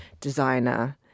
designer